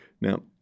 Now